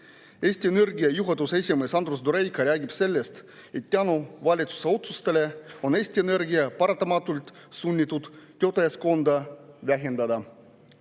Eesti Energia juhatuse esimees Andrus Durejko räägib sellest, et valitsuse otsuste tõttu on Eesti Energia paratamatult sunnitud töötajaskonda vähendama.